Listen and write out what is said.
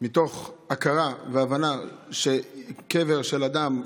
מתוך הכרה והבנה שקבר של אדם,